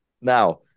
Now